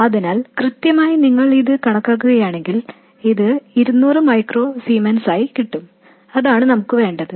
അതിനാൽ കൃത്യമായി നിങ്ങൾ ഇത് കണക്കാക്കുകയാണെങ്കിൽ ഇത് 200 മൈക്രോ സീമെൻസായി കിട്ടും അതാണ് നമുക്ക് വേണ്ടത്